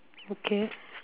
okay